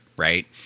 right